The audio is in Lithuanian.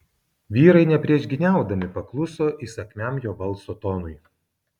vyrai nepriešgyniaudami pakluso įsakmiam jo balso tonui